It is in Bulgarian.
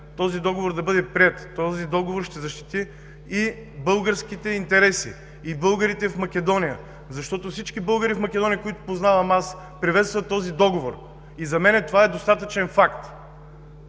този договор да бъде приет и този договор ще защити и българските интереси, и българите в Македония. Всички българи в Македония, които аз познавам, приветстват този договор и за мен това е достатъчен факт,